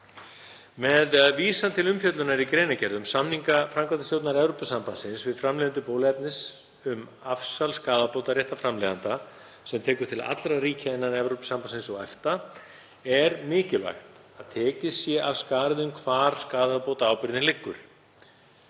Með vísan til umfjöllunar í greinargerð um samninga framkvæmdastjórnar Evrópusambandsins við framleiðendur bóluefnis um afsal skaðabótaréttar framleiðenda, sem tekur til allra ríkja innan Evrópusambandsins og EFTA, er mikilvægt að tekið sé af skarið um hvar skaðabótaábyrgðin liggur.